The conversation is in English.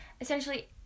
essentially